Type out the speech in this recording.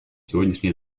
сегодняшнее